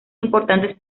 importantes